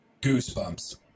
Goosebumps